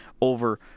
over